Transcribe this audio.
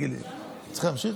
צריך להמשיך?